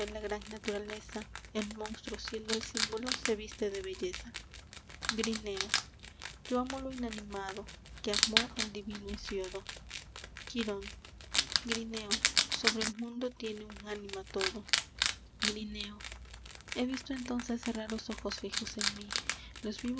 la gran naturaleza el monstruo siendo el símbolo se viste de belleza grineo yo amo lo inanimado que amó el divino hesiodo quirón grineo sobre el mundo tiene un ánima todo grineo he visto entonces raros ojos fijos en mí